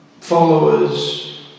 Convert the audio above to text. followers